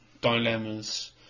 dilemmas